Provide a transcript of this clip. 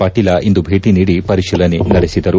ಪಾಟೀಲ ಇಂದು ಭೇಟಿ ನೀಡಿ ಪರಿಶೀಲನೆ ನಡೆಸಿದರು